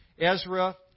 Ezra